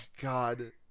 god